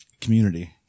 Community